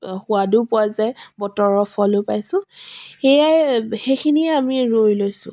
সোৱাদো পোৱা যায় বতৰৰ ফলো পাইছোঁ সেয়াই সেইখিনিয়ে আমি ৰুই লৈছোঁ